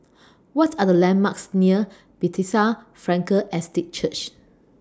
What Are The landmarks near Bethesda Frankel Estate Church